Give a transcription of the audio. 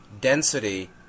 density